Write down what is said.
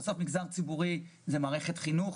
כי מדובר על מערכת החינוך,